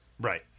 right